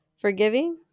Forgiving